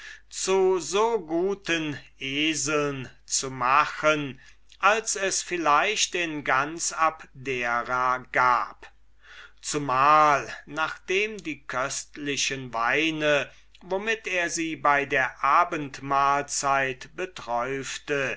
zu so guten eseln zu machen als es vielleicht in abdera gab zumal nachdem die vortrefflichen weine womit er sie bei der abendmahlzeit